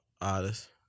Artist